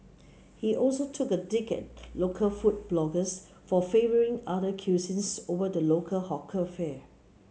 he also took a dig at local food bloggers for favouring other cuisines over the local hawker fare